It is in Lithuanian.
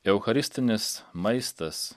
eucharistinis maistas